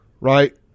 right